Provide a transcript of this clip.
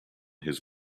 his